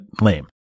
lame